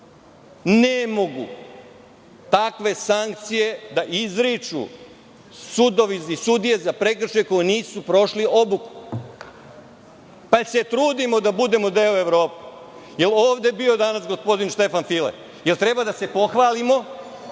Ne mogu takve sankcije da izriču sudovi i sudije za prekršaje koji nisu prošli obuku. Trudimo se da budemo deo Evrope. Da li je ovde bio danas gospodin Štefan File? Da li treba da se pohvalimo